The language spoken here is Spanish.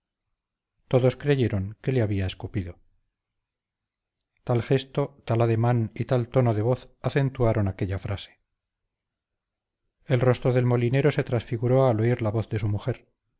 todos creyeron que le había escupido tal gesto tal ademán y tal tono de voz acentuaron aquella frase el rostro del molinero se transfiguró al oír la voz de su mujer